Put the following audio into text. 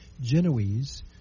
Genoese